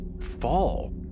fall